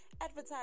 Advertise